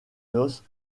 noces